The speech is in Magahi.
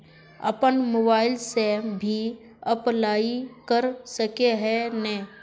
अपन मोबाईल से भी अप्लाई कर सके है नय?